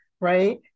right